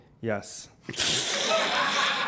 Yes